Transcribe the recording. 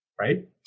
right